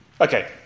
Okay